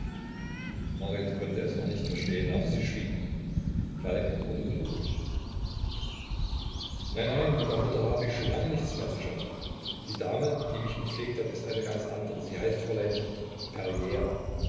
marit konnte es noch nicht verstehen aber sie schwieg falk wurde unruhig nein nein mit der mutter habe ich schon lange nichts mehr zu schaffen die dame die mich gepflegt hat ist eine ganz andere sie heißt fräulein